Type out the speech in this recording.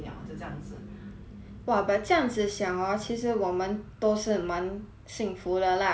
!wah! but 这样子想 orh 其实我们都是蛮幸福的 lah cause like 我的 friend 也是